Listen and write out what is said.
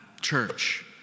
church